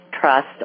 trust